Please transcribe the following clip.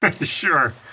Sure